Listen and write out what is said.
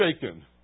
shaken